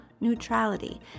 neutrality